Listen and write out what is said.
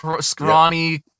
scrawny